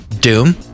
Doom